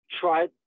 try